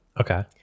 Okay